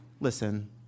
Listen